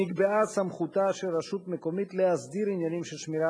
נקבעה סמכותה של רשות מקומית להסדיר עניינים של שמירה,